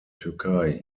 türkei